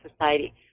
society